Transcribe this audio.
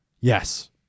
yes